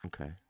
Okay